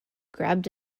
grabbed